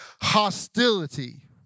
Hostility